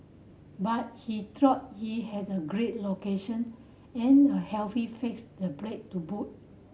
but he thought he has a great location and a fax the break to boot